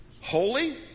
Holy